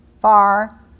far